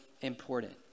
important